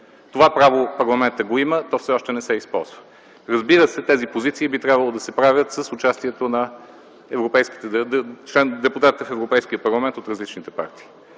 Това право парламентът го има. То все още не се използва. Разбира се, тези позиции би трябвало да се правят с участието на депутатите в Европейския парламент от различните партии.